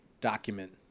document